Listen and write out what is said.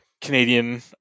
canadian